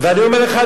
ואני אומר לך,